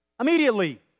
immediately